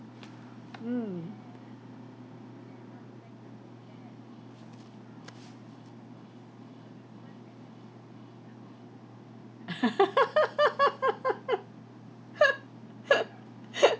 mm